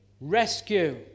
rescue